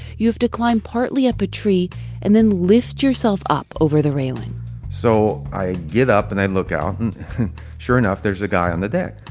you have to climb partly up a tree and then lift yourself up over the railing so i get up and i look out and sure enough, there's a guy on the deck.